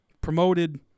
Promoted